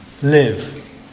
live